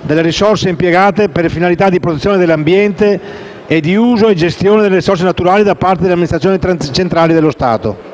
delle risorse impiegate per finalità di protezione dell'ambiente e di uso e gestione delle risorse naturali da parte delle amministrazioni centrali dello Stato.